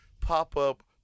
pop-up